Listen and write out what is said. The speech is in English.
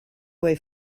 way